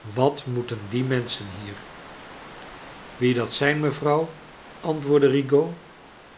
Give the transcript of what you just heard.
wat moeten die mens chen hier wie dat zijn mevrouw antwoordde rigaud